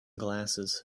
glasses